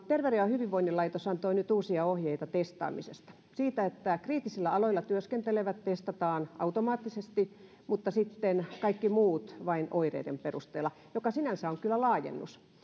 terveyden ja hyvinvoinnin laitos antoi nyt uusia ohjeita testaamisesta siitä että kriittisillä aloilla työskentelevät testataan automaattisesti mutta sitten kaikki muut vain oireiden perusteella mikä sinänsä on kyllä laajennus